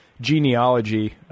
genealogy